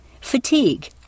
fatigue